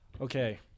Okay